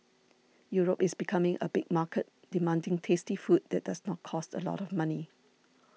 Europe is becoming a big market demanding tasty food that does not cost a lot of money